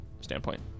standpoint